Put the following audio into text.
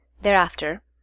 Thereafter